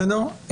בסדר.